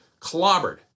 clobbered